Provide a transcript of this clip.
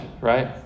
right